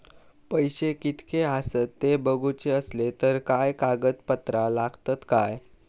पैशे कीतके आसत ते बघुचे असले तर काय कागद पत्रा लागतात काय?